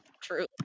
true